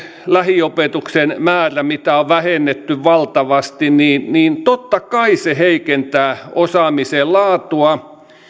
lähiopetuksen määrä mitä on vähennetty valtavasti totta kai heikentää osaamisen laatua